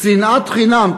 שנאת חינם.